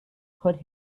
put